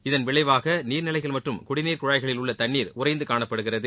இதன் விளைவாக நீர்நிலைகள் மற்றும் குடிநீர் குழாய்களில் உள்ள தண்ணீர் உறைந்து காணப்படுகிறது